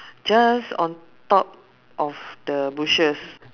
just on top of the bushes